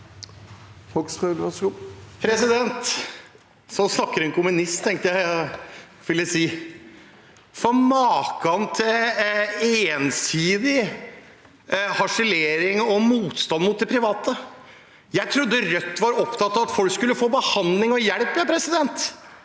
for makan til ensidig harselering og motstand mot de private! Jeg trodde Rødt var opptatt av at folk skulle få behandling og hjelp, jeg.